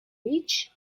rich